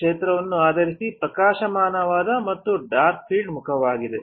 ಕ್ಷೇತ್ರವನ್ನು ಆಧರಿಸಿ ಪ್ರಕಾಶಮಾನವಾದ ಮತ್ತು ಡಾರ್ಕ್ ಫೀಲ್ಡ್ ಮುಖವಾಡವಿದೆ